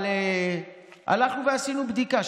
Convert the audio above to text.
אבל הלכנו ועשינו בדיקה.